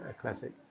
classic